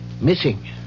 missing